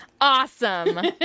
Awesome